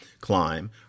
climb